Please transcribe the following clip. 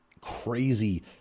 crazy